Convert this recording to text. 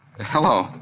hello